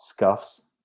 scuffs